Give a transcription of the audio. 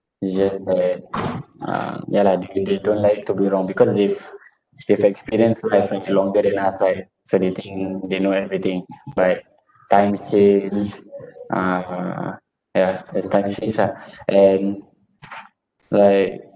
it's just that uh ya lah they they don't like to be wrong because they've they've experienced life like longer than us right so they think they know everything but times change uh ya as time change ah and like